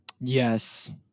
yes